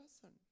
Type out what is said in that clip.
person